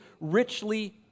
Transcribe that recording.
richly